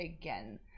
again